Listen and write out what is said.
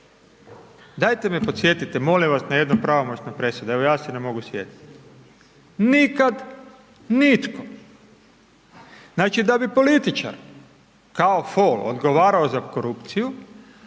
Dajte me podsjetite molim vas na jednu pravomoćnu presudu, evo ja se ne mogu sjetiti. Nikad nitko. Znači da bi političar kao fol odgovarao za korupciju,